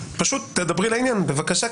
פשוט תדברי לעניין בבקשה,